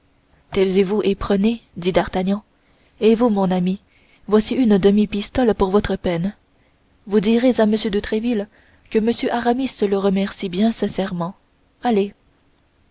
taisez-vous et prenez dit d'artagnan et vous mon ami voici une demi pistole pour votre peine vous direz à m de tréville que m aramis le remercie bien sincèrement allez